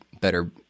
better